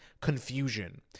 confusion